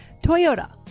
Toyota